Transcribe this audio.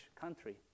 country